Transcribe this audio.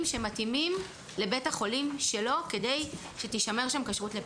שמתאימים לבית החולים שלו כדי שתישמר שם כשרות לפסח.